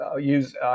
use